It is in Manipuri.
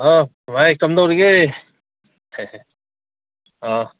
ꯑꯣ ꯚꯥꯏ ꯀꯝꯗꯧꯔꯤꯒꯦ ꯑꯥ